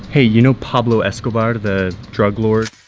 hey, you know pablo escobar, the drug lord.